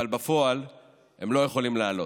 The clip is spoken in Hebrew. אבל בפועל הם לא יכולים לעלות,